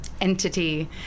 entity